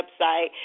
website